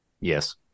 yes